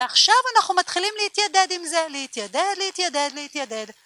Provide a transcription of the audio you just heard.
עכשיו אנחנו מתחילים להתיידד עם זה, להתיידד, להתיידד, להתיידד.